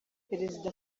perezida